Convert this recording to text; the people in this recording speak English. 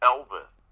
Elvis